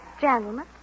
Gentlemen